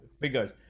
figures